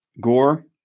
Gore